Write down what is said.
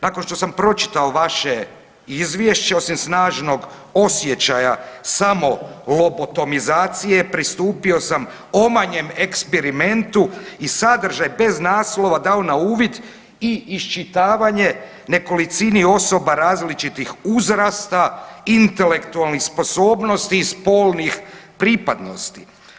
Nakon što sam pročitao vaše izvješće osim snažnog osjećaja samo lobotomizacije pristupio sam omanjem eksperimentu i sadržaj bez naslova dao na uvid i iščitavanje nekolicini osoba različitih uzrasta, intelektualnih sposobnosti i spolnih pripadnosti.